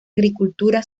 agricultura